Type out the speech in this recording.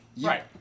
Right